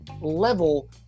level